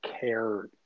care